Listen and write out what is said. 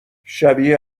شبیه